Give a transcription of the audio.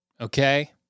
Okay